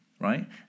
right